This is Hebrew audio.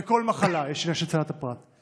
לכל מחלה יש את צנעת הפרט.